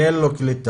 כי אין לו קליטה,